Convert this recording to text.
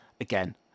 again